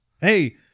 hey